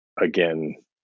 again